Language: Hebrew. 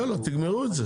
אז יאללה, תגמרו את זה.